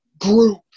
group